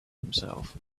himself